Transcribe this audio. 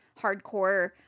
hardcore